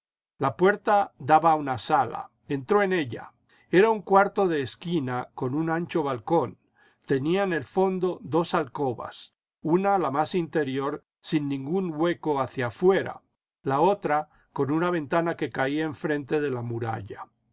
la puerta daba a una sala entró en ella era un cuarto de esquina con un ancho balcón tenía en el fondo dos alcobas una la más interior sin ningún hueco hacia afuera la otra con una ventana que caía enfrente de la muralla